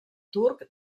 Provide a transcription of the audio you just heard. turc